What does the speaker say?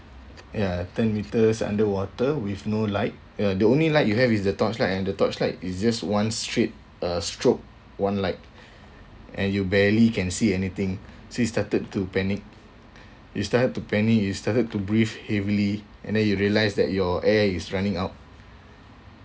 ya ten metres underwater with no light uh the only light you have is the torchlight and the torch light is just one straight uh stroke one light and you barely can see anything so you started to panic you started to panic you started to breathe heavily and then you realised that your air is running out